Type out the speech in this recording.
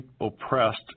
oppressed